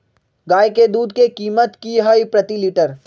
गाय के दूध के कीमत की हई प्रति लिटर?